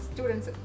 Students